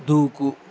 దూకు